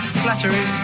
flattery